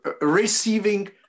Receiving